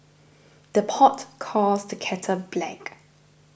the pot calls the kettle black